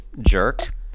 jerk